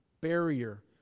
barrier